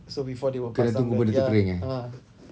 kena tunggu benda tu kering eh